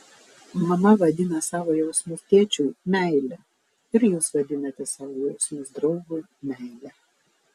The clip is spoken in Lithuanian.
mama vadina savo jausmus tėčiui meile ir jūs vadinate savo jausmus draugui meile